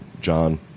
John